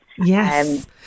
Yes